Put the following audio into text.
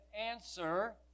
answer